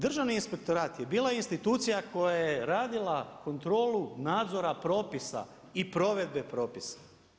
Državni inspektorat je bila institucija koja je radila kontrolu nadzora propisa i provedbe propisa.